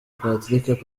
patrick